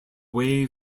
way